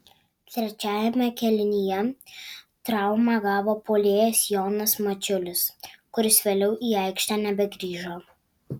trečiajame kėlinyje traumą gavo puolėjas jonas mačiulis kuris vėliau į aikštę nebegrįžo